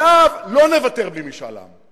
עליו לא נוותר בלי משאל עם,